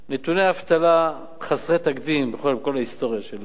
נתוני אבטלה חסרי תקדים, בכל ההיסטוריה שלנו.